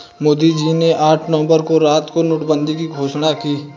मोदी जी ने आठ नवंबर की रात को नोटबंदी की घोषणा की